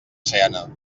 seana